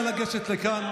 נא לגשת לכאן.